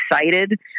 Excited